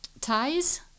ties